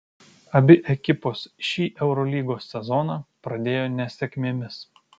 abi ekipos šį eurolygos sezoną pradėjo nesėkmėmis